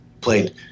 played